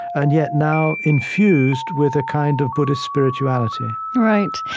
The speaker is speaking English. and yet, now infused with a kind of buddhist spirituality right.